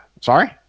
sorry